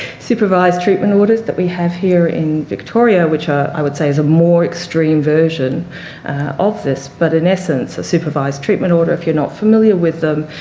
supervised treatment orders that we have here in victoria which are, i would say, is a more extreme version of this. but in essence, a supervised treatment order, if you're not familiar with them,